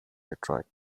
detroit